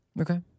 Okay